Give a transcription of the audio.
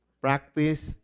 Practice